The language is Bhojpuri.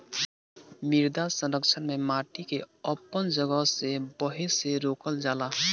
मृदा संरक्षण में माटी के अपन जगह से बहे से रोकल जाला